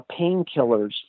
painkillers